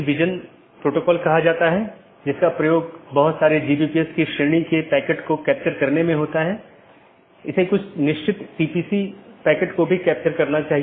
इन protocol के उदाहरण OSPF हैं और RIP जिनमे मुख्य रूप से इस्तेमाल किया जाने वाला प्रोटोकॉल OSPF है